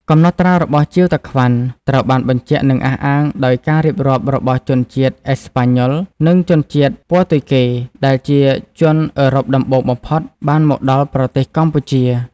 កំណត់ត្រារបស់ ជៀវតាក្វាន់ ត្រូវបានបញ្ជាក់ និងអះអាងដោយការរៀបរាប់ របស់ជនជាតិ អេស្ប៉ាញ៉ុល និងជនជាតិ ព័រទុយហ្គេ ដែលជាជនអឺរ៉ុបដំបូងបំផុត បានមកដល់ប្រទេសកម្ពុជា ។